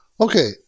Okay